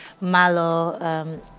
Malo